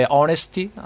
honesty